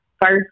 First